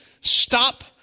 stop